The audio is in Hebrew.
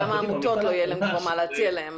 תבינו ועוד מעט גם העמותות לא יהיה להם מה להציע להם.